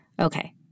Okay